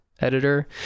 editor